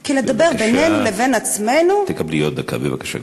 כי לדבר בינינו לבין עצמנו אנחנו יכולים.